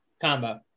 combo